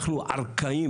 אנחנו ארכאים,